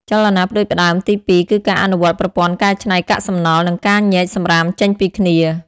ចលនាផ្តួចផ្តើមទីពីរគឺការអនុវត្តប្រព័ន្ធកែច្នៃកាកសំណល់ និងការញែកសំរាមចេញពីគ្នា។